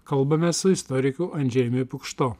kalbame su istoriku andžejumi pukšto